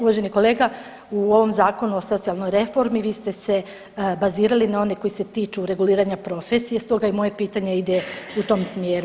Uvaženi kolega, u ovom Zakonu o socijalnoj reformi vi ste se bazirali na one koji se tiču reguliranja profesije, stoga i moje pitanje ide u tom smjeru.